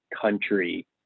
country